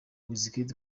wizkid